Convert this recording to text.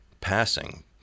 passing